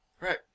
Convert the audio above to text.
Right